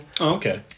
Okay